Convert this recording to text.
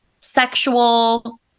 sexual